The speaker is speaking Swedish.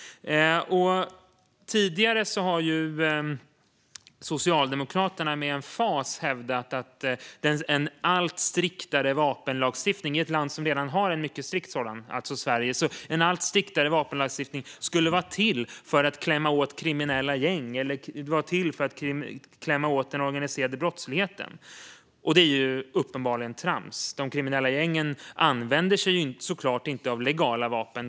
Tidigare har Socialdemokraterna med emfas hävdat att en allt striktare vapenlagstiftning, i ett land som redan har en mycket strikt sådan, alltså Sverige, skulle vara till för att klämma åt kriminella gäng eller den organiserade brottsligheten. Det är uppenbarligen trams. De kriminella gängen använder sig såklart inte av legala vapen.